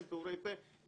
הם פעורי פה,